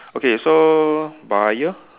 okay so buyer